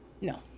No